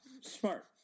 Smart